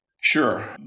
Sure